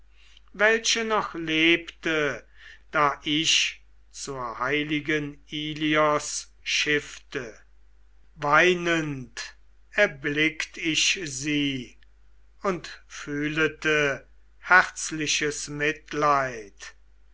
welche noch lebte da ich zur heiligen ilios schiffte weinend erblickt ich sie und fühlete herzliches mitleid